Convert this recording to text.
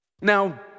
Now